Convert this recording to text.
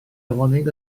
afonig